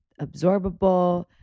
absorbable